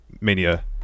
mania